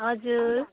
हजुर